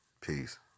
Peace